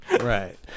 Right